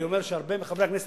שהרבה מחברי כנסת,